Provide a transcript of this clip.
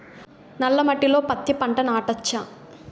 నల్ల మట్టిలో పత్తి పంట నాటచ్చా?